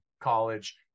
college